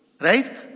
right